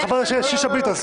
חברת הכנסת שאשא ביטון,